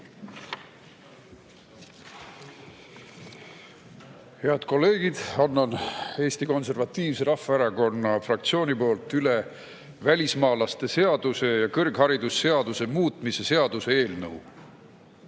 Head kolleegid! Annan Eesti Konservatiivse Rahvaerakonna fraktsiooni nimel üle välismaalaste seaduse ja kõrgharidusseaduse muutmise seaduse eelnõu.